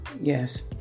Yes